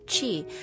chi